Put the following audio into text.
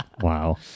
Wow